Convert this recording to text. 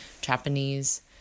Japanese